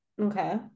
Okay